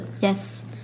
Yes